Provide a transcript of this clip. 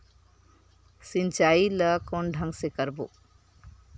सिंचाई ल कोन ढंग से करबो?